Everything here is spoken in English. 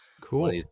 Cool